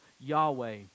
Yahweh